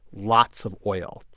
lots of oil.